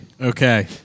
Okay